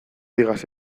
digas